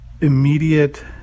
immediate